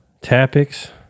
topics